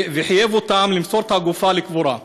וחייב אותם למסור את הגופה לקבורה.